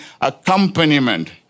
accompaniment